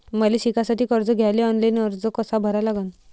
मले शिकासाठी कर्ज घ्याले ऑनलाईन अर्ज कसा भरा लागन?